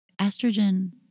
estrogen